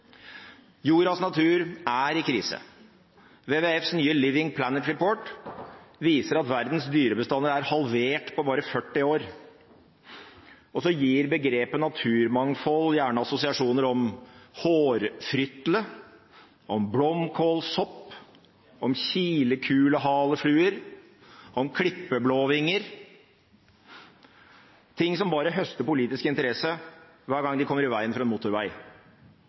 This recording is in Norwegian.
Jordas natur er i krise. WWFs nye Living Planet Report viser at verdens dyrebestander er halvert på bare 40 år. Begrepet naturmangfold gir gjerne assosiasjoner om hårfrytle, om blomkålsopp, om kilekulehalefluer, om klippeblåvinger – ting som bare høster politisk interesse hver gang de kommer i veien for en motorvei.